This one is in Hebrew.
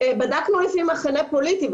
בדקנו לפי מחנה פוליטי,